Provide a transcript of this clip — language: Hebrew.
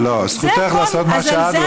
לא, זכותך לעשות מה שאת רוצה, זה הכול.